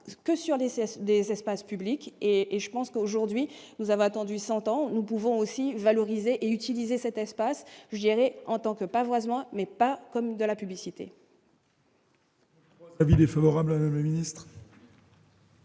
que sur les des espaces publics et je pense qu'aujourd'hui nous avons attendu son temps, nous pouvons aussi valoriser et utiliser cet espace géré en tant que pavoisement mais pas comme de la publicité.